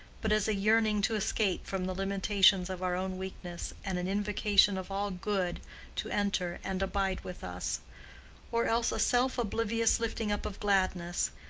but is a yearning to escape from the limitations of our own weakness and an invocation of all good to enter and abide with us or else a self-oblivious lifting up of gladness,